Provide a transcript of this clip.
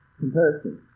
Comparison